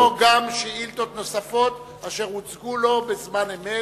כמו גם על שאילתות נוספות אשר הוצגו לו בזמן אמת,